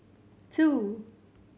two